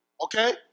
Okay